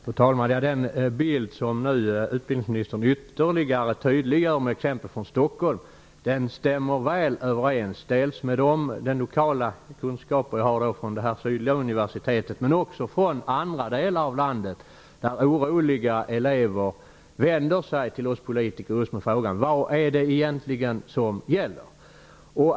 Fru talman! Den bild som utbildningsministern nu ytterligare tydliggör med exempel från Stockholm stämmer väl överens med dels den lokala kunskap som jag har från det sydligare universitetet, dels från andra delar i landet, där oroliga elever vänder sig till oss politiker just med frågan: Vad är det egentligen som gäller?